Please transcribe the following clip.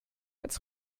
als